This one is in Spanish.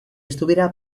estuviera